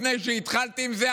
לפני שהתחלתי עם זה,